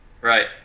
Right